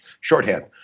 shorthand